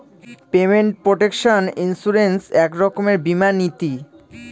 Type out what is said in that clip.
payment protection insurance এক রকমের বীমা নীতি